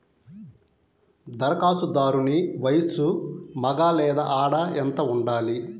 ధరఖాస్తుదారుని వయస్సు మగ లేదా ఆడ ఎంత ఉండాలి?